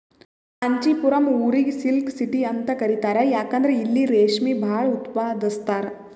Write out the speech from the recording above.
ಕಾಂಚಿಪುರಂ ಊರಿಗ್ silk city ಅಂತ್ ಕರಿತಾರ್ ಯಾಕಂದ್ರ್ ಇಲ್ಲಿ ರೇಶ್ಮಿ ಭಾಳ್ ಉತ್ಪಾದಸ್ತರ್